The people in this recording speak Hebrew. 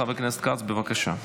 (עבירת הסתה לטרור), התשפ"ד 2024,